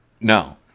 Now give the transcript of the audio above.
No